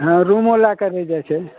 हँ रूमो लै कऽ रहि जाइ छै